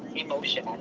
emotion,